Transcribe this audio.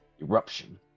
Eruption